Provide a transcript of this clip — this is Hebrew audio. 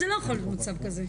לא יכול להיות מצב כזה.